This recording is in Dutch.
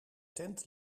tent